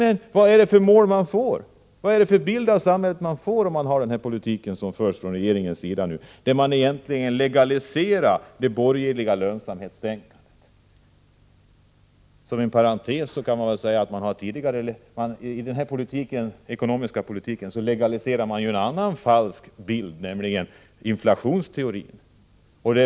Vilken bild får man av samhället med den politik som regeringen för, där man legaliserar det borgerliga lönsamhetstänkandet? Som en parentes kan jag nämna att man med den ekonomiska politiken legaliserar en annan falsk bild, nämligen inflationsteorin.